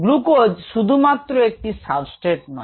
glucose শুধুমাত্র একটি substrate নয়